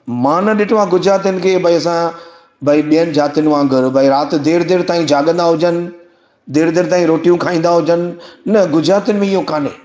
मां न ॾिठो आहे गुजरातियुनि खे भई असां भई ॿियनि जातियुनि वांगुरु भई राति देरि देरि ताईं जाॻंदा हुजनि देरि देरि ताईं रोटियूं खाईंदा हुजनि न गुजरातियुनि में इहो काने